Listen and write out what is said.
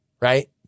right